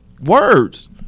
words